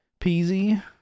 peasy